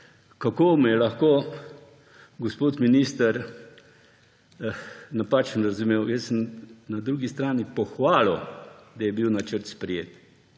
kako me je lahko gospod minister napačno razumel. Jaz sem na drugi strani pohvalil, da je bil načrt sprejet.